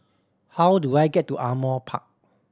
how do I get to Ardmore Park